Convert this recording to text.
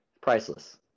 priceless